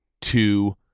two